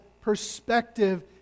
perspective